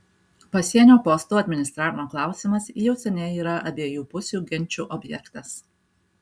pasienio postų administravimo klausimas jau seniai yra abiejų pusių ginčų objektas